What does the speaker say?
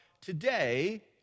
today